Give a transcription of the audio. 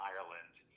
Ireland